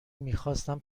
میخواستم